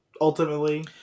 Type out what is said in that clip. Ultimately